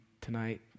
tonight